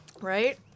right